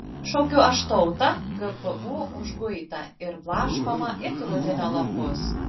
šaukiu aš tautą gpu užguitą ir blaškomą it rudenio lapus